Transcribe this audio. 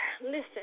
listen